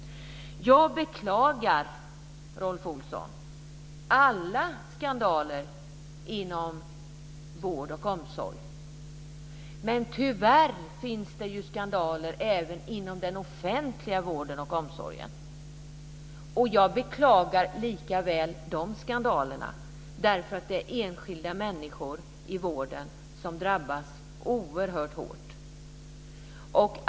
Jag beklagar, Rolf Olsson, alla skandaler inom vård och omsorg, men tyvärr finns det skandaler även inom den offentliga vården och omsorgen. Jag beklagar likaväl de skandalerna, därför att det är enskilda människor i vården som drabbas oerhört hårt.